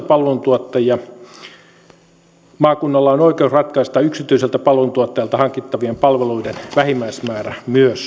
palveluntuottajia maakunnalla on oikeus ratkaista myös yksityiseltä palveluntuottajalta hankittavien palveluiden vähimmäismäärä